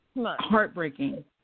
Heartbreaking